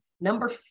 number